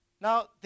Now